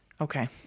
okay